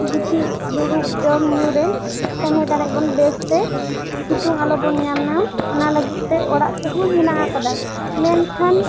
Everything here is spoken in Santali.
ᱜᱤᱛᱤᱡ ᱫᱩᱲᱩᱵ ᱡᱚᱢ ᱧᱩ ᱨᱮ ᱛᱟᱦᱮᱸ ᱫᱟᱲᱮᱜ ᱵᱚᱱ ᱵᱮᱥᱛᱮ ᱥᱤᱛᱩᱝ ᱟᱞᱚ ᱵᱚᱱ ᱧᱟᱢᱟ ᱚᱱᱟ ᱞᱟᱹᱜᱤᱫ ᱛᱮ ᱚᱲᱟᱜ ᱠᱚᱦᱚᱸ ᱦᱮᱱᱟᱜ ᱟᱠᱟᱫᱟ ᱢᱮᱱᱠᱷᱟᱱ